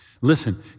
Listen